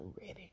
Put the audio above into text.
ready